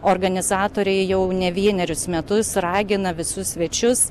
organizatoriai jau ne vienerius metus ragina visus svečius